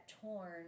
torn